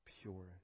pure